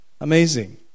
Amazing